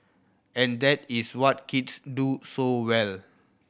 and that is what kids do so well